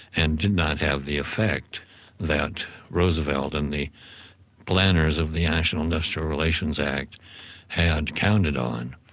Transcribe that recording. and did not have the effect that roosevelt and the planners of the national industrial relations act had counted on.